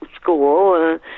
school